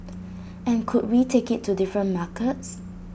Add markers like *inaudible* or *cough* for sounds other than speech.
*noise* and could we take IT to different markets